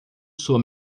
sua